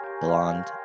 blonde